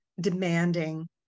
demanding